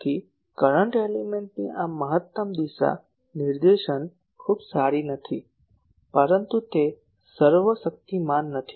તેથી કરંટ એલિમેન્ટની મહત્તમ દિશા નિર્દેશન ખૂબ સારી નથી પરંતુ તે સર્વશક્તિમાન નથી